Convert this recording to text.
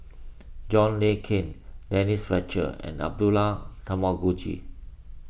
John Le Cain Denise Fletcher and Abdullah Tarmugi